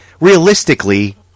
realistically